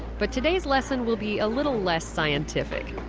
but today's lesson will be a little less scientific